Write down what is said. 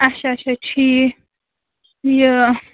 اَچھا اَچھا ٹھیٖک یہِ